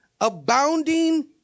abounding